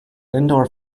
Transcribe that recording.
indoor